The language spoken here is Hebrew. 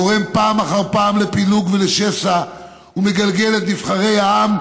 גורם פעם אחר פעם לפילוג ולשסע ומגלגל את נבחרי העם,